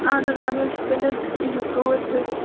اَدٕ حظ اَدٕ حظ تیٚلہِ حظ ییٖزیٚو تورۍ تُہۍ